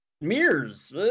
mirrors